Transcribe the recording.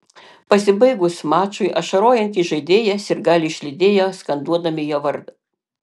pasibaigus mačui ašarojantį žaidėją sirgaliai išlydėjo skanduodami jo vardą